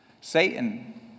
Satan